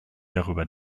darüber